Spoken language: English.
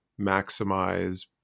maximize